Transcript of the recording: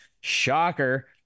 shocker